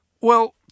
Well